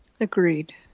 Agreed